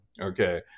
okay